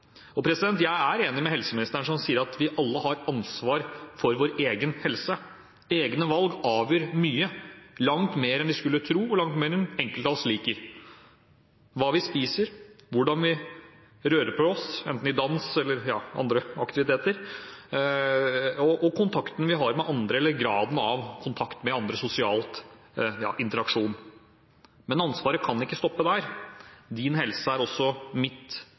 Jeg er enig med helseministeren som sier at vi alle har ansvar for vår egen helse. Egne valg avgjør mye – langt mer enn vi skulle tro, og langt mer enn enkelte av oss liker. Det gjelder hva vi spiser, hvordan vi rører på oss – enten i dans eller andre aktiviteter – og graden av kontakt med andre sosialt, interaksjon. Men ansvaret kan ikke stoppe der. Din helse er også mitt